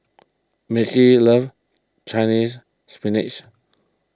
Missie loves Chinese Spinach